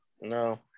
No